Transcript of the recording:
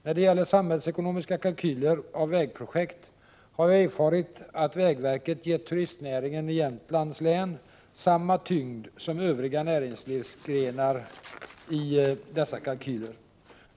När det gäller samhällsekonomiska kalkyler av vägprojekt har jag erfarit att vägverket gett turistnäringen i Jämtlands län samma tyngd som övriga näringslivsgrenar i dessa kalkyler.